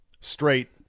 straight